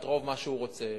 את רוב מה שהוא רוצה,